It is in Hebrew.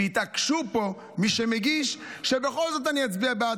כשזה הגיע לפה אני באתי ואמרתי בהגינות: אם אתם רוצים שאני אצביע בעד,